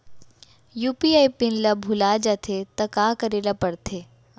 UPI pin ल भुला जाथे त का करे ल पढ़थे?